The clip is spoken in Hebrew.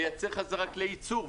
לייצר חזרה כלי ייצור.